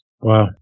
Wow